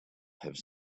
have